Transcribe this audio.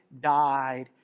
died